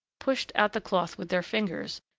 pushed out the cloth with their fingers,